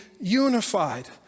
unified